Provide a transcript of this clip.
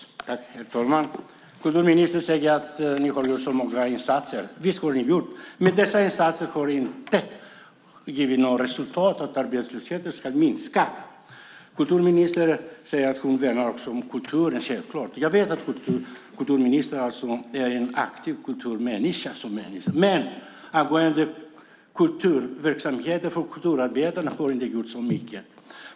Herr talman! Kulturministern säger att regeringen har gjort många insatser. Visst har ni gjort det, men dessa insatser har inte givit några resultat så att arbetslösheten minskar. Kulturministern säger att hon självklart värnar kulturen. Jag vet att kulturministern är en aktiv kulturmänniska, men när det gäller kulturverksamheten för kulturarbetarna har hon inte gjort så mycket.